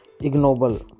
Ignoble